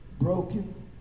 Broken